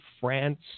france